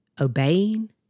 obeying